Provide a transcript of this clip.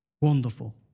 Wonderful